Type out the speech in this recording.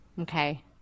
Okay